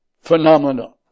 phenomena